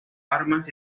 armas